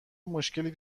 مشکلی